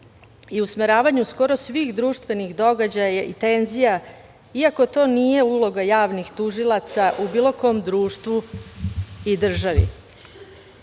i usmeravanju skoro svih društvenih događaja i tenzija, iako to nije uloga javnih tužilaca u bilo kom društvu i državi.S